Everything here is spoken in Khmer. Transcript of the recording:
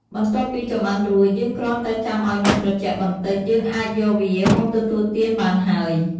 បន្ទាប់ពីចម្អិនរួច យើងគ្រាន់តែចាំឱ្យនំត្រជាក់បន្តិច យើងអាចយកវាមកទទួលទានបានហើយ។